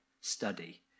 study